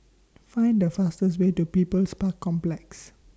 Find The fastest Way to People's Park Complex